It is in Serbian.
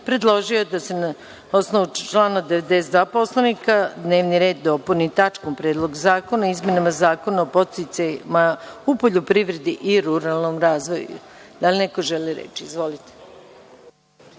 predložio je da se na osnovu člana 92. Poslovnika dnevni red dopuni tačkom - Predlog zakona o izmenama Zakona o podsticajima u poljoprivredi i ruralnom razvoju. Da li neko želi reč? Izvolite.